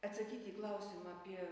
atsakyti į klausimą apie